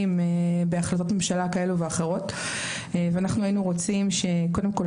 בהחלטות ממשלה שונות והיינו רוצים שקודם כול